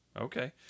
Okay